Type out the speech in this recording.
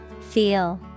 Feel